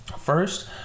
First